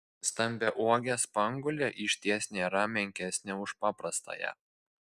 stambiauogė spanguolė išties nėra menkesnė už paprastąją